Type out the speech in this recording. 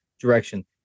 direction